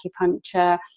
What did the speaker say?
acupuncture